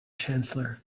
chancellor